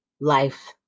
Life